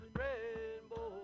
rainbow